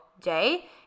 day